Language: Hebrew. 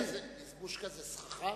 איזבושקה זה סככה?